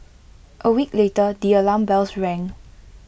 A week later the alarm bells rang